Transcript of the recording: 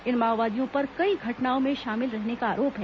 इन माओवादियों पर कई घटनाओं में शामिल रहने का आरोप है